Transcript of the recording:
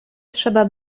trzeba